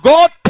God